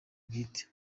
bwite